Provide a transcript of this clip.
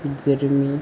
गरमी